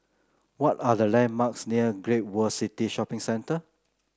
what are the landmarks near Great World City Shopping Centre